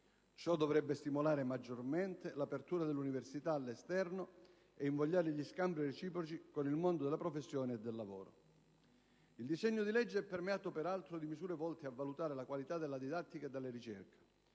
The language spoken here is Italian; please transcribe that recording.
ciò dovrebbe stimolare maggiormente l'apertura dell'università all'esterno e invogliare gli scambi reciproci con il mondo delle professioni e del lavoro. Il disegno di legge è permeato peraltro di misure volte a valutare la qualità della didattica e della ricerca,